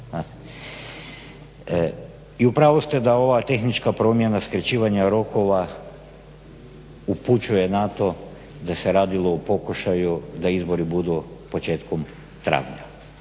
I u pravu ste da ova tehnička promjena skraćivanja rokova upućuje na to da se radilo o pokušaju da izbori budu početkom travnja,